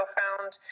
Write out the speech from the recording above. found